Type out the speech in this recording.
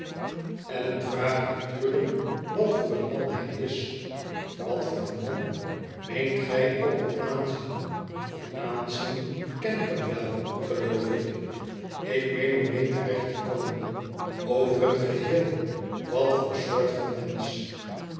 allan vraagt natuurlijk wat voor een man hij is wat voor een man meent gij op het aanzien van aanzien ken ik hem wel geloof ik ik meen om mee te recht te komen over het geheel wat voor soort van mensch